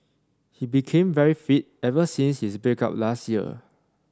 he became very fit ever since his break up last year